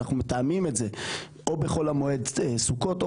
אנחנו מתאמים את זה או בחול המועד סוכות או